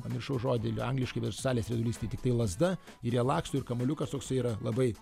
pamiršau žodį jų angliškai bet salės riedulys tai tiktai lazda ir jie laksto ir kamuoliukas toksai yra labai